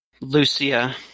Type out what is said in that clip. Lucia